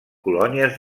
colònies